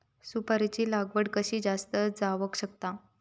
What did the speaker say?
सुपारीची लागवड कशी जास्त जावक शकता?